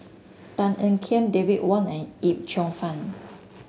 Tan Ean Kiam David Wong and Yip Cheong Fun